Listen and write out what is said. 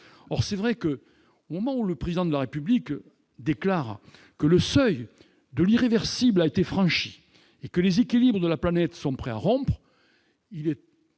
ces collectivités. Au moment même où le Président de la République déclare que le seuil de l'irréversible a été franchi et que les équilibres de la planète sont près de rompre, il est